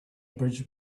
bridge